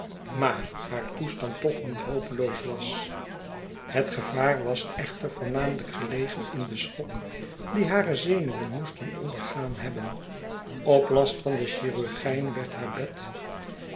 maar haar toestand toch niet hopeloos was het gevaar was echter voornamelijk gelegen in den schok dien hare zenuwen moesten ondergaan hebben op last van den chirurgijn werd haar bed